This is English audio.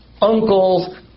uncles